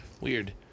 Weird